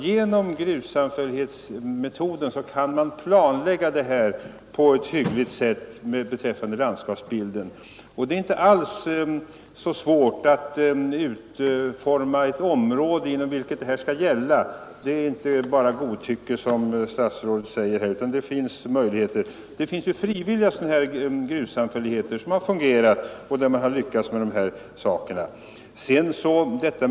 Genom grussamfällighetsmetoden kan man planlägga grustäkterna med hänsyn till landskapsbilden. Det är inte alls så svårt att utforma ett område inom vilket det här skall gälla; det är inte bara fråga om godtycke som statsrådet sade. Det finns frivilliga grussamfälligheter som har fungerat och som har lyckats med detta.